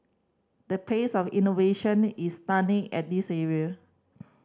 the pace of innovation is stunning at this area